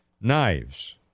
knives